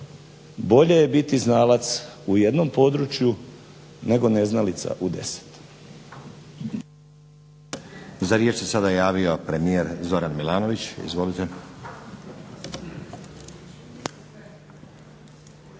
"bolje je biti znalac u jednom području nego neznalica u deset". **Stazić, Nenad (SDP)** Za riječ se sada javio premijer Zoran Milanović. Izvolite.